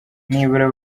nibura